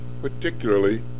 particularly